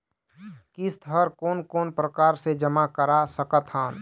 किस्त हर कोन कोन प्रकार से जमा करा सकत हन?